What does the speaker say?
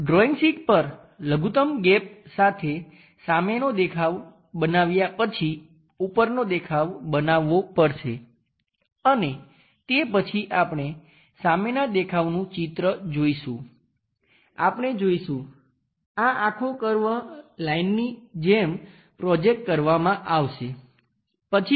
drawing sheet પર લઘુત્તમ gap સાથે સામેનો દેખાવ બનાવ્યા પછી ઉપરનો દેખાવ બનાવવો પડશે અને તે પછી આપણે સામેના દેખાવનું ચિત્ર જોઈશું આપણે જોઈશું આ આખો કર્વ લાઈનની જેમ પ્રોજેકટ કરવામાં આવશે પછી